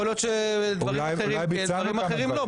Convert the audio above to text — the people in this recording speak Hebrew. יכול להיות דברים אחרים כן ודברים אחרים לא,